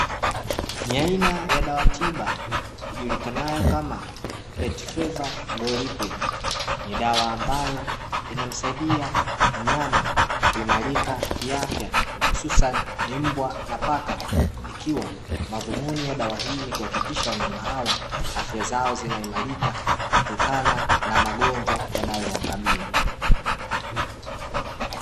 Aina ya dawa tiba ijulikanayo kama "Petrova GoLiquid". Ni dawa ambayo inamsaidia mnyama kuimarika kiafya hususani ni mbwa na paka ikiwa madhumuni ya dawa hii ni kuhakikisha wanyama hawa afya zao zinaimarika kutokana na magonjwa yanayowakabili.